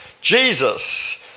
Jesus